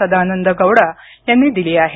सदानंद गौडा यांनी दिली आहे